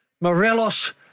Morelos